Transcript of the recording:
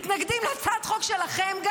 מתנגדים להצעת חוק שלכם,